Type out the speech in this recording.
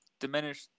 diminish